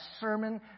sermon